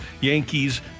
Yankees